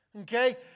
Okay